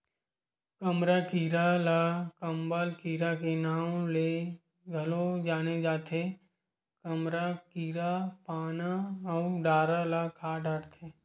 कमरा कीरा ल कंबल कीरा के नांव ले घलो जाने जाथे, कमरा कीरा पाना अउ डारा ल खा डरथे